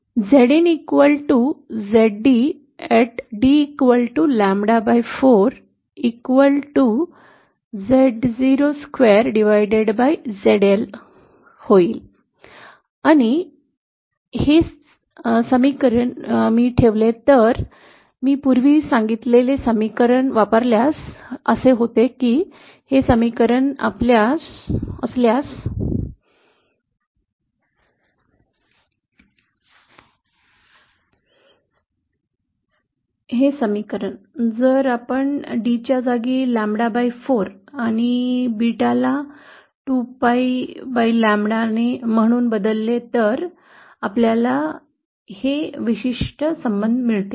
Zin Zd d lambda 4Z0 square ZL बरोबर होईल आणि हे मी समीकरण ठेवले तर मी पूर्वी सांगितले समीकरण वापरल्यास असे होते की हे समीकरण असल्यास हे समीकरण जर आपण d च्या जागी lambda 4 आणि बीटाला २ pi lambda म्हणून बदलले तर आपल्याला हे विशिष्ट संबंध मिळतील